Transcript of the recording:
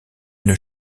une